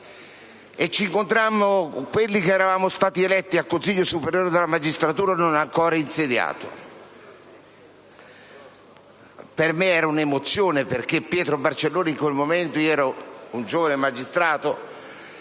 Ci incontrammo in quanto eletti al Consiglio superiore della magistratura non ancora insediato. Per me era un'emozione perché Pietro Barcellona in quel momento - io ero un giovane magistrato